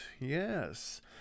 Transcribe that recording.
Yes